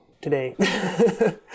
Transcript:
today